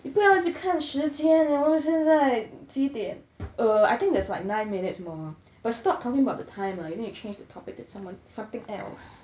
你不要一直看时间然后现在几点 err I think there's like nine minutes more but stop talking about the time lah you need to change the topic to someone something else